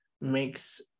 makes